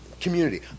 Community